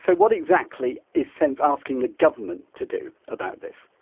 so what exactly is sense asking the government to do about this?